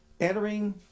Entering